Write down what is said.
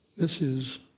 this is